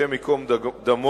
השם ייקום דמו,